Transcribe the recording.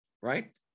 right